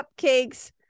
Cupcakes